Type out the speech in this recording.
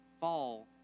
fall